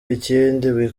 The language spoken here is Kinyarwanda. ikindi